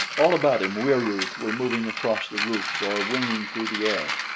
all about him wieroos were moving across the roofs or winging through the air.